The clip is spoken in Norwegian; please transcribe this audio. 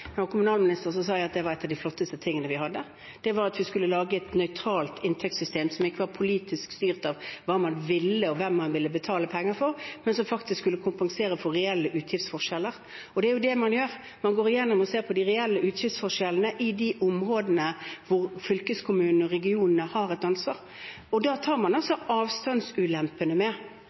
sa jeg at det var en av de flotteste tingene vi hadde, at vi skulle lage et nøytralt inntektssystem som ikke var politisk styrt av hva man ville, og hva man ville betale penger for, men som faktisk skulle kompensere for reelle utgiftsforskjeller. Det er jo det man gjør. Man går igjennom og ser på de reelle utgiftsforskjellene i de områdene hvor fylkeskommunene og regionene har et ansvar. Da tar man avstandsulempene med.